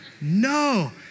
no